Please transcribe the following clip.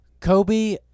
Kobe